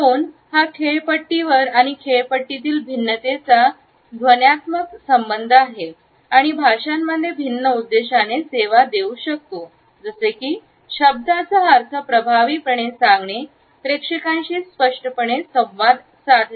tone हा खेळपट्टीवर आणि खेळपट्टीतील भिन्नतेचा ध्वन्यात्मक संबंध आहे आणि भाषांमध्ये भिन्न उद्देशाने सेवा देऊ शकते जसे की शब्दाचा अर्थ प्रभावित सांगणे आणि प्रेक्षकांशी स्पष्टपणे संवाद साधणे